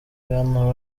bwana